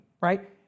right